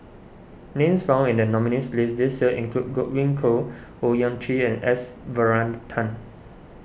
names found in the nominees' list this year include Godwin Koay Owyang Chi and S Varathan